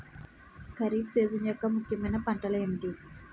Kharif season యెక్క ముఖ్యమైన పంటలు ఏమిటీ?